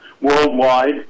worldwide